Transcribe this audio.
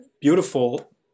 beautiful